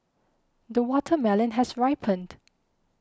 the watermelon has ripened